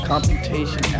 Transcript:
Computation